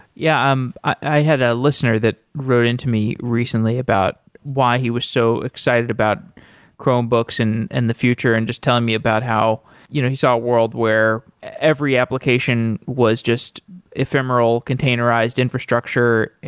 yeah, um i had a listener that wrote in to me recently about why he was so excited about chromebooks in and the future, and just telling me about how you know he saw a world where every application was just ephemeral containerized infrastructure.